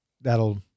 that'll